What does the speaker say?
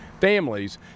families